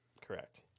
Correct